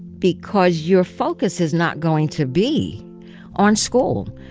because your focus is not going to be on school.